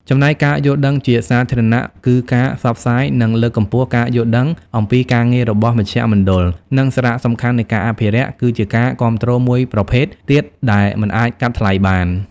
ចំណែកការយល់ដឹងជាសាធារណគឺការផ្សព្វផ្សាយ និងលើកកម្ពស់ការយល់ដឹងអំពីការងាររបស់មជ្ឈមណ្ឌល និងសារៈសំខាន់នៃការអភិរក្ស គឺជាការគាំទ្រមួយប្រភេទទៀតដែលមិនអាចកាត់ថ្លៃបាន។